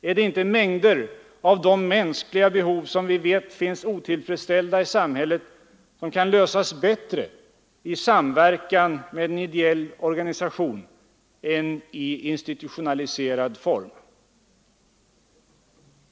Är det inte mängder av de mänskliga behov som vi vet finns otillfredsställda i samhället, som bättre kan fyllas i samverkan med en ideell organisation än i institutionaliserad form?